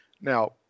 Now